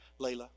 Layla